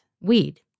weed